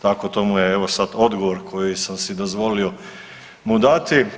Tako to mu je evo sad odgovor koji sam si dozvolio mu dati.